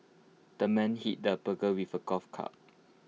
the man hit the burglar with A golf club